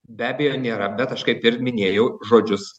be abejo nėra bet aš kaip ir minėjau žodžius